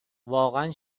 واقعا